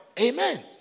Amen